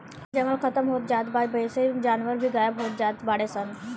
जंगल खतम होत जात बा जेइसे जानवर भी गायब होत जात बाडे सन